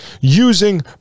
using